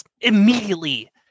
immediately